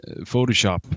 photoshop